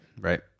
right